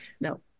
no